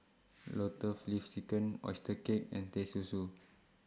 Lotus Leaf Chicken Oyster Cake and Teh Susu